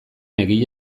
egile